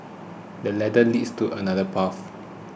this ladder leads to another path